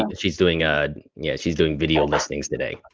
ah but she's doing ah yeah she's doing video listings today,